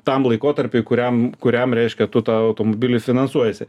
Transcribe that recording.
tam laikotarpiui kuriam kuriam reiškia tu tą automobilį finansuojiesi